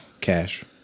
Cash